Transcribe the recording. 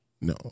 No